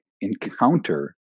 encounter